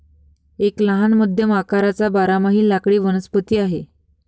एक लहान मध्यम आकाराचा बारमाही लाकडी वनस्पती आहे